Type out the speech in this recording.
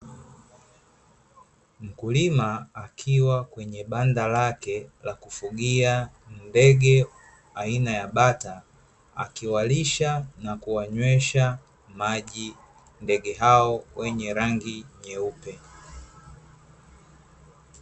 Mkulima akiwa kwenye banda lake la kufugia ndege aina ya bata, akiwalisha na kuwanywesha maji ndege hao wenye rangi nyeupe.